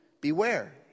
Beware